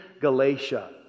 Galatia